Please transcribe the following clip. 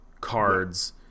cards